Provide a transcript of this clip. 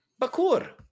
Bakur